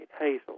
Hazel